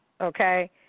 okay